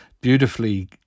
beautifully